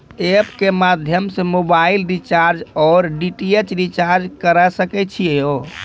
App के माध्यम से मोबाइल रिचार्ज ओर डी.टी.एच रिचार्ज करऽ सके छी यो?